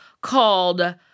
called